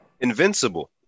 Invincible